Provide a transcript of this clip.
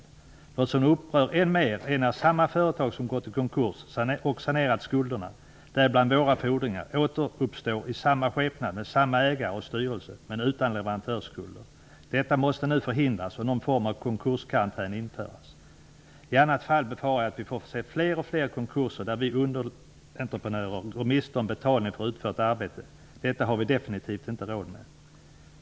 Något som upprör än mer är när samma företag som gått i konkurs och sanerat skulderna, däribland våra fordringar, återuppstår i samma skepnad med samma ägare och styrelse men utan leverantörsskulder. Detta måste nu förhindras och någon form av konkurskarantän införas. I annat fall befarar jag att vi får se fler och fler konkurser där vi underleverantörer går miste om betalning för utfört arbete. Detta har vi definitivt inte råd med.